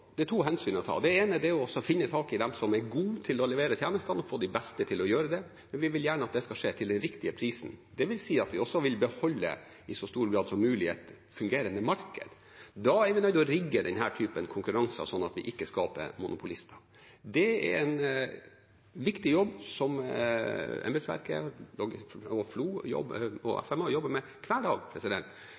to hensyn å ta. Det ene er å få tak i dem som er gode til å levere tjenestene, og få de beste til å gjøre det. Men vi vil gjerne at det skal skje til den riktige prisen. Det vil si at vi også vil beholde i så stor grad som mulig et fungerende marked. Da er vi nødt til å rigge denne typen konkurranser sånn at det ikke skaper monopolister. Det er en viktig jobb som embetsverket og FLO jobber med hver dag,